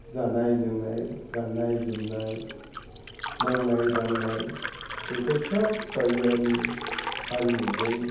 जानाय लोंनाय गान्नाय जोमनाय मावनाय दांनाय बेफोर सोब बायजोयारि हारिमुजों